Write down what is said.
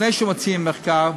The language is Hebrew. לפני שמציעים מחקר,